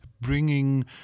bringing